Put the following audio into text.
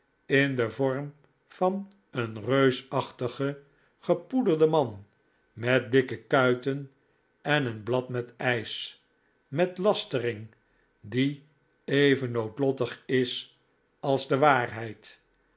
in den vorm van een reusachtigen gepoederden man met dikke kuiten en een blad met ijs met lastering die even noodlottig is als de waarheid